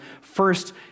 first